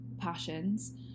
passions